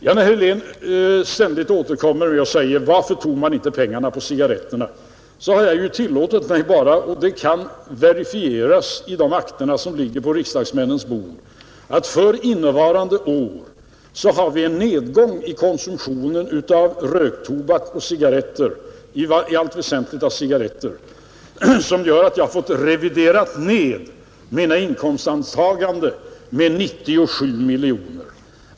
Herr Helén återkommer ständigt till frågan: Varför tog man inte pengarna på cigarretterna? Jag har bara tillåtit mig konstatera, och det kan verifieras i de akter som ligger på riksdagsmännens bord, att för innevarande år har vi en nedgång i konsumtionen av röktobak och cigarretter — i allt väsentligt gäller det cigarretterna — som gör att jag har fått revidera ned mina inkomstantaganden med 97 miljoner.